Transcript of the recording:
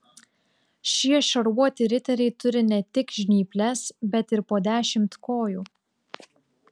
šie šarvuoti riteriai turi ne tik žnyples bet ir po dešimt kojų